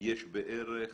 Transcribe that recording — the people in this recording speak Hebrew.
יש בערך